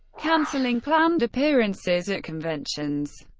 cancelling planned appearances at conventions.